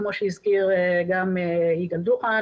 כמו שהזכיר גם יגאל דוכן,